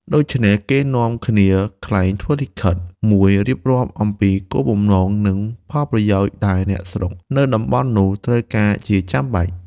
ដូច្នេះ គេនាំគ្នាក្លែងធ្វើលិខិត មួយរៀបរាប់អំពីគោលបំណង និង ផលប្រយោជន៏ដែលអ្នកស្រុកនៅតំបន់នោះត្រូវការជាចាំបាច់។